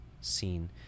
scene